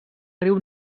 riu